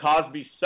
Cosby